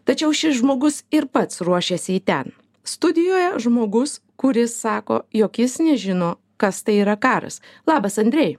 tačiau šis žmogus ir pats ruošiasi į ten studijoje žmogus kuris sako jog jis nežino kas tai yra karas labas andrei